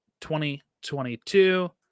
2022